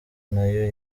nayo